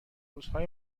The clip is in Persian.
روزهای